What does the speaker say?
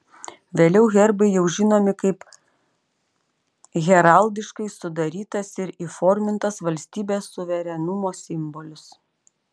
vėliau herbai jau žinomi kaip heraldiškai sudarytas ir įformintas valstybės suverenumo simbolis